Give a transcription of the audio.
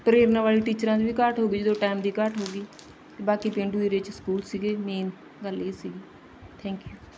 ਪ੍ਰੇਰਣਾ ਵਾਲੇ ਟੀਚਰਾਂ ਦੀ ਵੀ ਘਾਟ ਹੋ ਗਈ ਜਦੋਂ ਟਾਈਮ ਦੀ ਘਾਟ ਹੋ ਗਈ ਬਾਕੀ ਪੇਂਡੂ ਏਰੀਏ 'ਚ ਸਕੂਲ ਸੀਗੇ ਮੇਨ ਗੱਲ ਇਹ ਸੀਗੀ ਥੈਂਕ ਯੂ